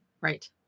Right